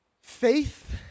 Faith